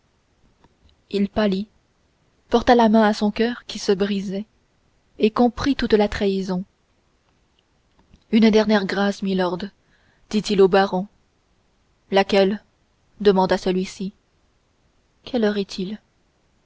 il pâlit porta la main à son coeur qui se brisait et comprit toute la trahison une dernière grâce milord dit-il au baron laquelle demanda celui-ci quelle heure est-il